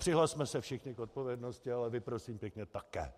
Přihlasme se všichni k odpovědnosti, ale vy, prosím pěkně, také.